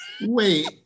wait